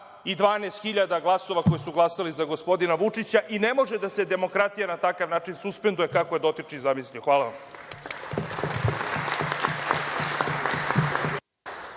2.012.000 glasova koji su glasali za gospodina Vučića. I ne može da se demokratija na taj način suspenduje, kako je dotični zamislio. Hvala.